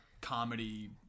comedy